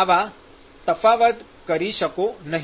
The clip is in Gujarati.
આવા તફાવત કરી શકો નહીં